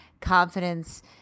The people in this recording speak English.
confidence